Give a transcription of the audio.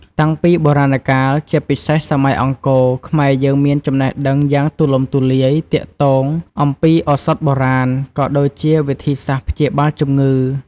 តាំងពីបុរាណកាល ជាពិសេសសម័យអង្គរ ខ្មែរយើងមានចំណេះដឹងយ៉ាងទូលំទូលាយទាក់ទងអំពីឱសថបុរាណ ក៏ដូចជាវិធីសាស្ត្រព្យាបាលជំងឺ។